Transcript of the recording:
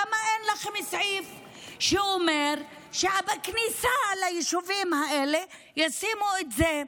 למה אין לכם סעיף שאומר שבכניסה ליישובים האלה ישימו את זה,